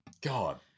God